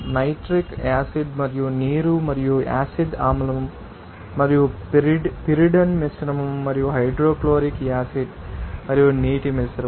nitric acid మరియు నీరు మరియు యాసిడ్ ఆమ్లం మరియు పిరిడిన్ మిశ్రమం మరియు హైడ్రోక్లోరిక్ యాసిడ్ మరియు నీటి మిశ్రమం